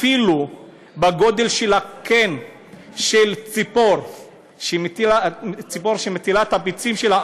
אפילו בגודל של הקן של ציפור שמטילה את הביצים שלה,